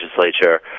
legislature